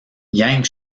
yang